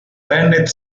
bennett